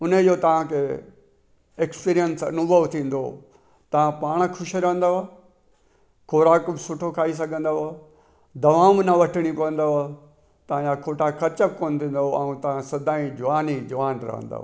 उन जो तव्हां खे एक्सपीरियंस अनुभव थींदो पाण ख़ुशि रहंदव ख़ुराक सुठो खाई सघंदव दवाऊं बि न वठणियूं पवंदव तव्हां जा खोटा ख़र्च बि कोन थींदव ऐं तव्हां सदाईं जवानु ई जवानु रहंदव